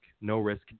no-risk